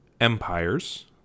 empires